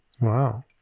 Wow